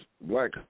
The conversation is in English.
black